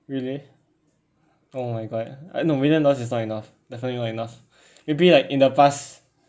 really oh my god I know million dollars is not enough definitely not enough maybe like in the past